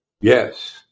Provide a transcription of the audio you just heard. Yes